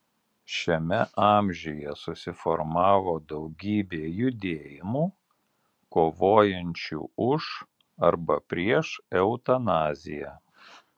šiame amžiuje susiformavo daugybė judėjimų kovojančių už arba prieš eutanaziją